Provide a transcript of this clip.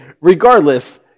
regardless